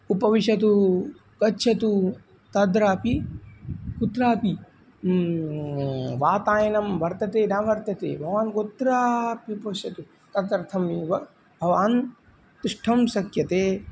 उपविशतु गच्छतु तत्रापि कुत्रापि वातायनं वर्तते न वर्तते भवान् कुत्रापि पश्यतु तदर्थम् एव भवान् तिष्ठति शक्यते